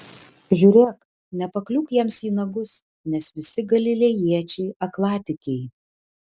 žiūrėk nepakliūk jiems į nagus nes visi galilėjiečiai aklatikiai